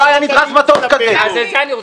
את זה אני רוצה לשמוע.